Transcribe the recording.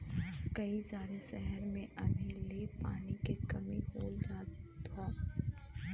कई सारे सहर में अभी ले पानी के कमी होए लगल हौ